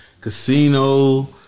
Casino